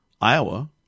Iowa